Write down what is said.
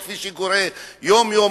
כפי שקורה יום-יום,